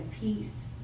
peace